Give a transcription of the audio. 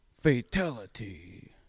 Fatality